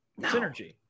Synergy